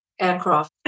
aircraft